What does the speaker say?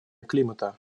климата